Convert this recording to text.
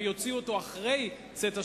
ויוציאו אותה אחרי צאת השבת,